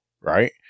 Right